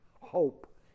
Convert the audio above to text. hope